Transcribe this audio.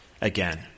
again